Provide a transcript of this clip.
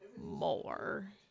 more